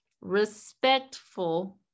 respectful